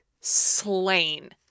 slain